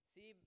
See